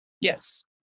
Yes